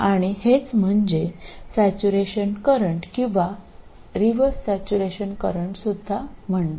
आणि हेच म्हणजे स्टॅच्यूरेशन करंट किंवा रिव्हर्स स्टॅच्यूरेशन करंट असे म्हणतात